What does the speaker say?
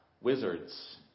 wizards